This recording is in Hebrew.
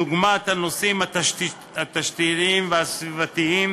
דוגמת הנושאים התשתיתיים והסביבתיים,